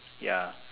ya